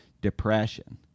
depression